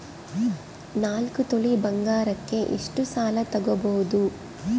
ನಾಲ್ಕು ತೊಲಿ ಬಂಗಾರಕ್ಕೆ ಎಷ್ಟು ಸಾಲ ತಗಬೋದು?